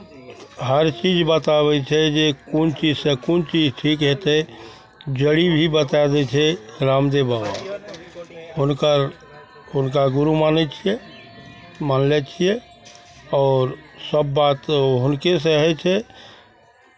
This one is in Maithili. हर चीज बताबै छै जे कोन चीजसँ कोन चीज ठीक हेतै जड़ी भी बताए दै छै रामदेव बाबा हुनकर हुनका गुरू मानै छियै मानने छियै आओर सभ बात हुनकेसँ होइ छै